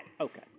okay